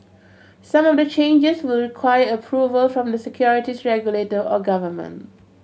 some of the changes will require approval from the securities regulator or government